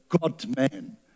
God-man